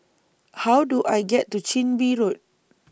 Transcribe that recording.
How Do I get to Chin Bee Road